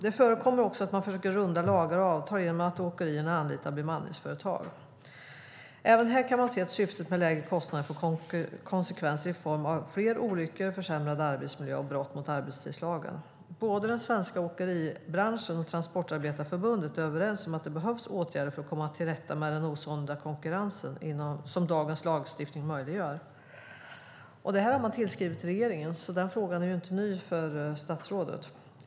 Det förekommer också att man försöker runda lagar och avtal genom att åkerierna anlitar bemanningsföretag. Även här kan man se att syftet med lägre kostnader får konsekvenser i form av fler olyckor, försämrad arbetsmiljö och brott mot arbetstidslagen. Den svenska åkeribranschen och Transportarbetareförbundet är överens om att det behövs åtgärder för att komma till rätta med den osunda konkurrens som dagens lagstiftning möjliggör. Detta har man skrivit till regeringen om, så frågan är inte ny för statsrådet.